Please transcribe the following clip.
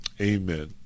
amen